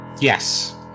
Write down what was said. yes